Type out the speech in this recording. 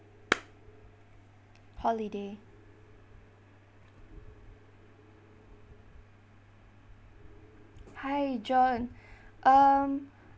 holiday hi john um